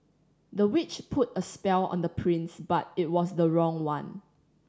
the witch put a spell on the prince but it was the wrong one